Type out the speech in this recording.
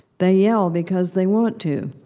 they yell because they want to.